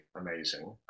amazing